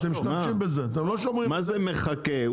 מה זה מחכה?